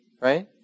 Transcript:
right